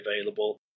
available